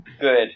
Good